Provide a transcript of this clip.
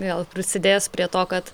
vėl prisidės prie to kad